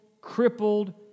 crippled